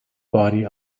body